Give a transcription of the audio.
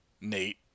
Nate